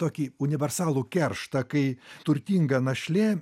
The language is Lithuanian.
tokį universalų kerštą kai turtinga našlė